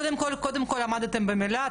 קודם כל עמדתם במילה,